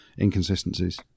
inconsistencies